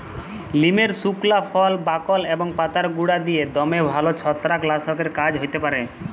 লিমের সুকলা ফল, বাকল এবং পাতার গুঁড়া দিঁয়ে দমে ভাল ছত্রাক লাসকের কাজ হ্যতে পারে